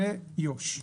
ויו"ש.